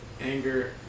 Anger